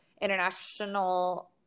international